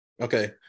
okay